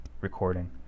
recording